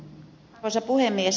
arvoisa puhemies